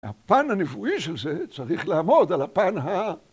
הפן הנבואי של זה צריך לעמוד על הפן ה...